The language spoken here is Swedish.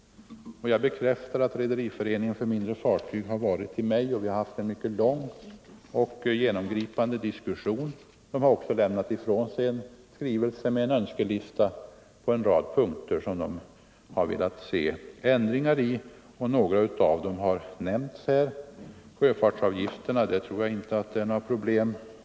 Jag bekräftar att Rederiföreningen för mindre fartyg varit uppe hos mig. Vi har haft en mycket lång och genomgripande diskussion, och föreningen har också lämnat en skrivelse med en önskelista i en rad punkter där de vill se ändringar. Några av dessa punkter har nämnts här, bl.a. sjöfartsavgifter. Det tror jag inte är något problem.